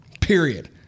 Period